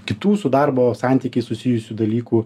kitų su darbo santykiais susijusių dalykų